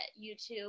youtube